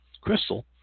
crystal